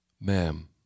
Ma'am